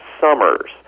Summers